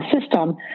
system